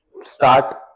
start